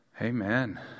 Amen